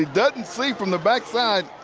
doesn't see from the back side.